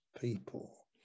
people